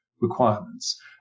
requirements